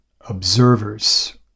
observers